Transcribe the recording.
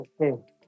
okay